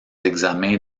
examens